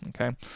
okay